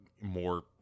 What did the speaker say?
more